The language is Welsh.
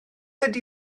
ydy